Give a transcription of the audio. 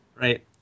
Right